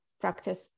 practice